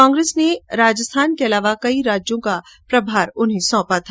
कांग्रेस ने राजस्थान के अलावा कई राज्यों का प्रभार सोंपा था